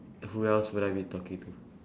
who else would I be talking to